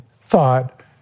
thought